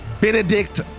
Benedict